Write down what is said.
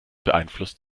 beeinflusst